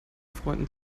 freunden